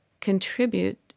contribute